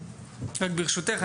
ברשותך,